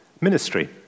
Ministry